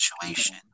situation